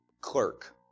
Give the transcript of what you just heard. clerk